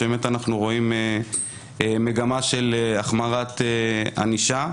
שם אנחנו רואים מגמה של החמרת ענישה.